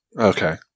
Okay